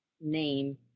name